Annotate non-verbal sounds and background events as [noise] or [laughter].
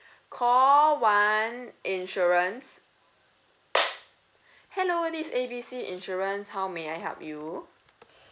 [breath] call one insurance [noise] [breath] hello this is A B C insurance how may I help you